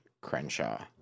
Crenshaw